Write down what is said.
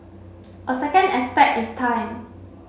a second aspect is time